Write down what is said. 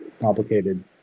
complicated